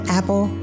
apple